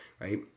right